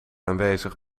aanwezig